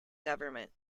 government